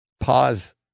pause